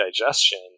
digestion